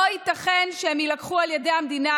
לא ייתכן שהם יילקחו על ידי המדינה,